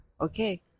okay